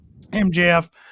MJF